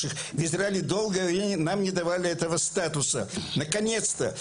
גם דיברנו עם המון חברי כנסת כדי שיעזרו לנו,